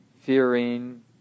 fearing